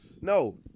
No